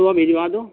صبح بھیجوا دو